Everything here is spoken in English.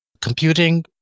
computing